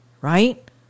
right